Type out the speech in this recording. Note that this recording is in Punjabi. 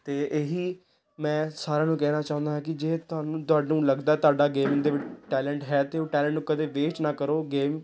ਅਤੇ ਇਹੀ ਮੈਂ ਸਾਰਿਆਂ ਨੂੰ ਕਹਿਣਾ ਚਾਹੁੰਦਾ ਹਾਂ ਕਿ ਜੇ ਤੁਹਾਨੂੰ ਤੁਹਾਨੂੰ ਲੱਗਦਾ ਤੁਹਾਡਾ ਗੇਮ ਦੇ ਵਿੱਚ ਟੈਲੈਂਟ ਹੈ ਤਾਂ ਉਹ ਟੈਲੈਂਟ ਨੂੰ ਕਦੇ ਵੇਸਟ ਨਾ ਕਰੋ ਗੇਮ